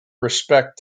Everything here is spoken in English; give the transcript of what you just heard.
respect